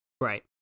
Right